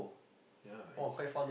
yeah it's